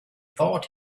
thought